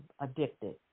addicted